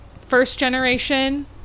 first-generation